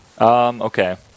Okay